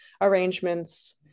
arrangements